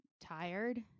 tired